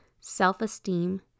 self-esteem